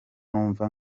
numva